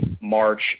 March